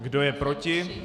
Kdo je proti?